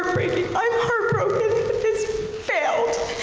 i'm heartbroken this failed.